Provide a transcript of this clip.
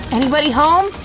anybody home?